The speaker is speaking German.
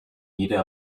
jeder